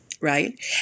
right